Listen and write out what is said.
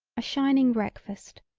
a shining breakfast,